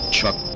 Chuck